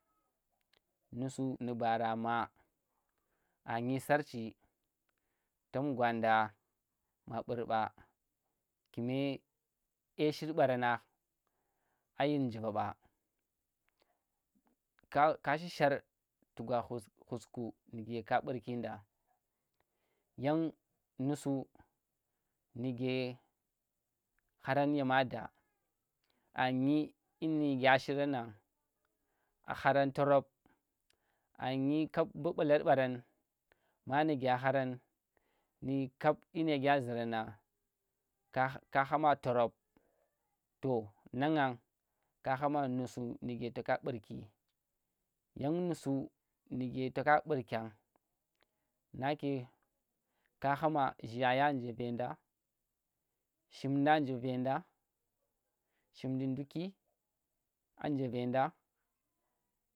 Nusu nu bara ma anyi sarchi tom gwanda ma ɓurba kume ashiri baran ngan ayin njira ɓa ka- kashi shar ku gwa ghusku nike ka burkinda yan nusu nike harang yama da a ngi dyi nikya shirang nang a harang torub anyi kab mbu balar baran manike haran ndi kap yin nike aziran nang ka ka hama torup to nganan ka hama nusu nike to ka burki yam nusu ngake toka burkin nake ka hama zhiyayenje venda shimi nda nje veenda, shimndi nduki anje veenda shin nde